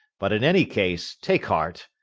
but in any case take heart,